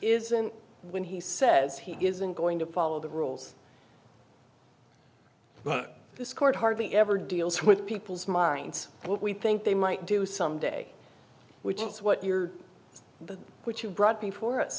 isn't when he says he isn't going to follow the rules but this court hardly ever deals with people's minds and what we think they might do someday which is what you're what you brought befor